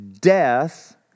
death